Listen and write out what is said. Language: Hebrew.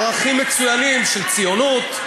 ערכים מצוינים, של ציונות,